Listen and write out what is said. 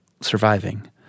surviving